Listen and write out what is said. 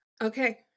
okay